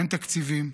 אין תקציבים,